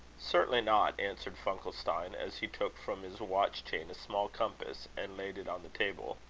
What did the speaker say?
certainly not, answered funkelstein, as he took from his watch-chain a small compass and laid it on the table.